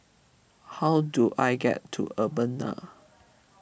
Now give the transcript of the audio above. how do I get to Urbana